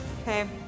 Okay